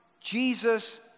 Jesus